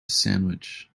sandwich